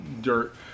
dirt